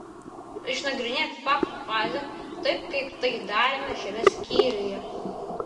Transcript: išnagrinėk faktų fazę taip kaip tai darėme šiame skyriuje